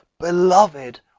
beloved